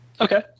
Okay